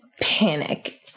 panic